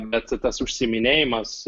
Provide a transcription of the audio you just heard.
bet tas užsiiminėjimas